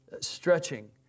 stretching